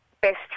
best